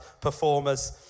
performers